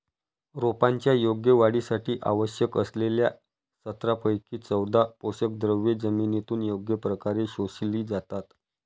रोपांच्या योग्य वाढीसाठी आवश्यक असलेल्या सतरापैकी चौदा पोषकद्रव्ये जमिनीतून योग्य प्रकारे शोषली जातात